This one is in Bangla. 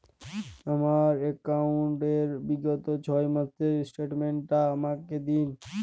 আমার অ্যাকাউন্ট র বিগত ছয় মাসের স্টেটমেন্ট টা আমাকে দিন?